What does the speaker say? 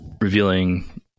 revealing